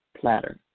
platter